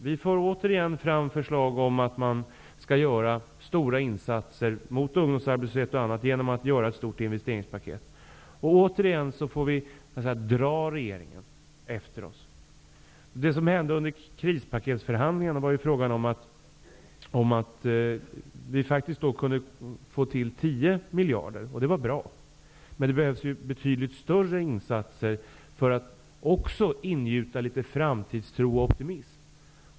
Vi för återigen fram förslag om att man skall göra stora insatser för att bl.a. bekämpa ungdomsarbetslöshet genom att genomföra ett stort investeringspaket. Återigen får vi dra regeringen efter oss. I förhandlingarna om krispaket gällde det att vi kunde få 10 miljarder. Det är bra. Men det behövs betydligt större insatser för att man skall kunna ingjuta litet framtidstro och optimism.